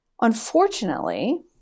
Unfortunately